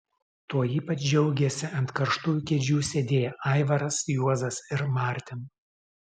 tuo ypač džiaugėsi ant karštųjų kėdžių sėdėję aivaras juozas ir martin